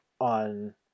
on